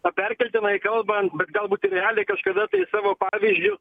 o perkeltinai kalbant bet galbūt ir realiai kažkada savo pavyzdžiu